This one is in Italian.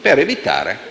per evitare